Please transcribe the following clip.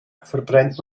verbrennt